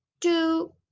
two